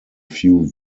few